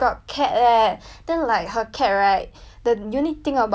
the unique thing about her cat is her cat is from S_P_C_A